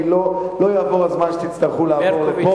כי לא יעבור הזמן ותצטרכו לעבור לפה,